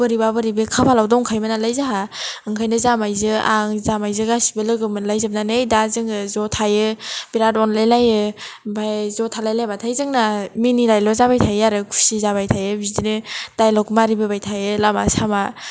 बोरैबा बोरैबि खाफालाव दंखायोमोन नालाय जाहा ओंखायनो जामाइजो आं जामाइजो गासिबो लोगो मोनलायजोबनानै दा जोङो ज' थायो बिराद अनलायलायो ओमफ्राय ज' थालायलायबाथाय जोंना मिनिनायल' जाबाय थायो आरो खुसि जाबायथायो बिदिनो दाइलग मारिबोबाय थायो लामा सामा